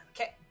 Okay